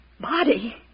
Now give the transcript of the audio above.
Body